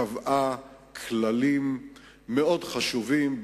קבעה כללים מאוד חשובים,